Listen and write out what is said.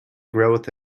growth